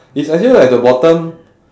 it's actually at the bottom